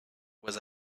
was